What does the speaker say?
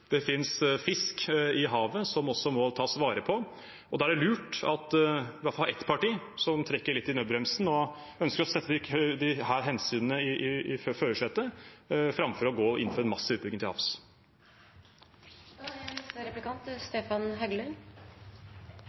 det finnes sjøfugl, det finnes fisk i havet, som også må tas vare på. Da er det lurt at det i hvert fall er ett parti som trekker litt i nødbremsen og ønsker å sette disse hensynene i førersetet, framfor å gå inn for en massiv utbygging til havs. Jeg synes først det er